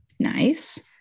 Nice